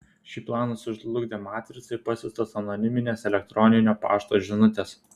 šį planą sužlugdė matricai pasiųstos anoniminės elektroninio pašto žinutės